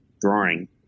drawing